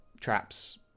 traps